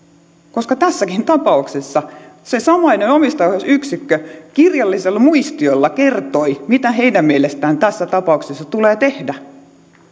tässäkin tapauksessa se samainen omistajaohjausyksikkö kirjallisella muistiolla kertoi mitä heidän mielestään tässä tapauksessa tulee tehdä